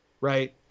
right